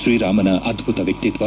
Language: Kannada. ತ್ರೀರಾಮನ ಅದ್ದುತ ವ್ಯಕ್ತಿತ್ವ